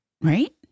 Right